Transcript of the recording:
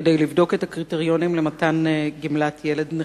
כדי לבדוק את הקריטריונים למתן גמלת ילד נכה.